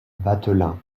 vatelin